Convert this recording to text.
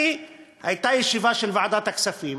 הייתה ישיבה של ועדת הכספים,